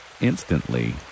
Instantly